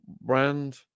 brand